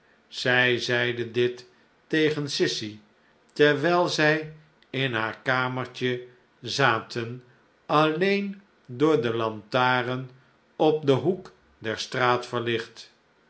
zij zeide dit tegen sissy terwijl zij in haar kamertje zaten alleen door de lantaren op den hoek der straat verlicht